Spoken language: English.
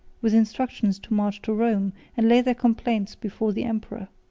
with instructions to march to rome, and lay their complaints before the emperor.